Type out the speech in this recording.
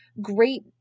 great